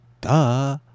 Duh